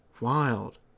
wild